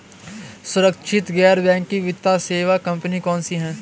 सुरक्षित गैर बैंकिंग वित्त सेवा कंपनियां कौनसी हैं?